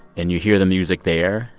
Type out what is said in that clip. and you hear the music there,